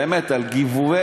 באמת על גיבובי,